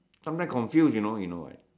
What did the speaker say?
sometimes confuse you know you know why